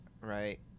right